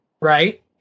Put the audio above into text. right